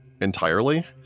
entirely